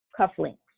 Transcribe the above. cufflinks